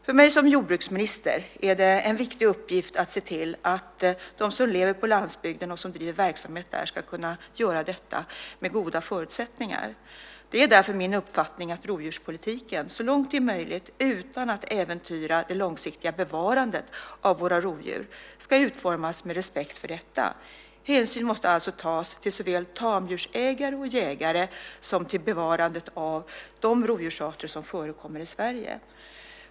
För mig som jordbruksminister är det en viktig uppgift att se till att de som lever på landsbygden och som driver verksamhet där ska kunna göra detta med goda förutsättningar. Det är därför min uppfattning att rovdjurspolitiken så långt det är möjligt, utan att äventyra det långsiktiga bevarandet av våra rovdjur, ska utformas med respekt för detta. Hänsyn måste alltså tas såväl till tamdjursägare och jägare som till bevarandet av de rovdjursarter som förekommer i Sverige.